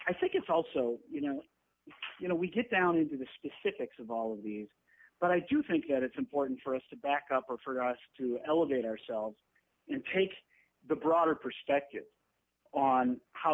i think it's also you know you know we get down into the specifics of all of these but i do think that it's important for us to back up for us to elevate ourselves in take the broader perspective on how